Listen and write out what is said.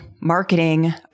marketing